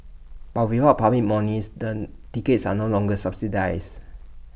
but without public monies then tickets are no longer subsidised